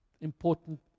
important